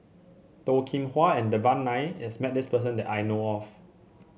Toh Kim Hwa and Devan Nair is met this person that I know of